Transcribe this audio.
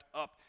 up